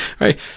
Right